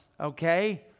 okay